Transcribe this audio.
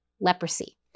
leprosy